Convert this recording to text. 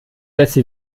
jessy